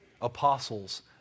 apostles